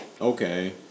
okay